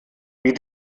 wie